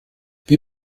wir